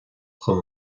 chun